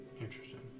Interesting